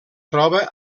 troba